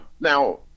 Now